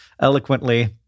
eloquently